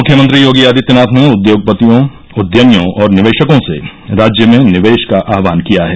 मुख्यमंत्री योगी आदित्यनाथ ने उद्योगपतियों उद्यमियों और निवेशकों से राज्य में निवेश का आह्वान किया है